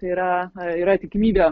tai yra na yra tikimybė